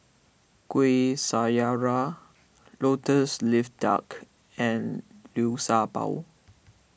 Kuih Syara Lotus Leaf Duck and Liu Sha Bao